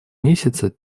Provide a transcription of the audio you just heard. месяце